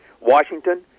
Washington